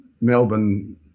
Melbourne